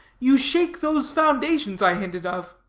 you shake those foundations i hinted of.